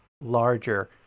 larger